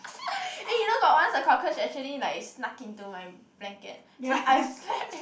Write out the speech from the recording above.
eh you know got once a cockroach actually like snuck into my blanket so I slept